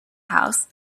house